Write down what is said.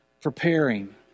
preparing